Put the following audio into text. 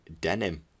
denim